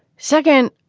second,